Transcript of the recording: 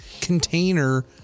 container